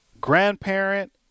grandparent